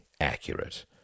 accurate